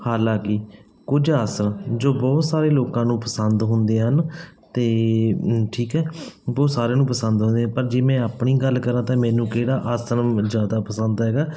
ਹਾਲਾਂਕਿ ਕੁਝ ਆਸਣ ਜੋ ਬਹੁਤ ਸਾਰੇ ਲੋਕਾਂ ਨੂੰ ਪਸੰਦ ਹੁੰਦੇ ਹਨ ਅਤੇ ਠੀਕ ਹੈ ਬਹੁਤ ਸਾਰਿਆਂ ਨੂੰ ਪਸੰਦ ਆਉਂਦੇ ਆ ਪਰ ਜੇ ਮੈਂ ਆਪਣੀ ਗੱਲ ਕਰਾਂ ਤਾਂ ਮੈਨੂੰ ਕਿਹੜਾ ਆਸਨ ਜ਼ਿਆਦਾ ਪਸੰਦ ਹੈਗਾ